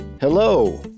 Hello